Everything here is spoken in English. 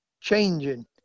changing